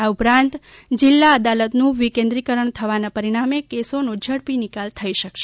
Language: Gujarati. આ ઉપરાંત જિલ્લા અદાલતનું વિકેન્દ્રીકરણ થવાના પરિણામે કેસોનો ઝડપી નિકાલ થઈ શકશે